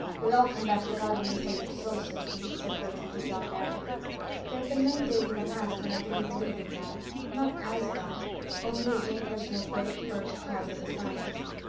we all come back to god in these days of soul-sifting, said gertrude to john meredith. there have been many days in the past when i didn't believe in god not as god only as the impersonal great first cause of the scientists.